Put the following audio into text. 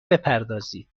بپردازید